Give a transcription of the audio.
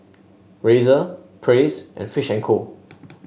Razer Praise and Fish and Co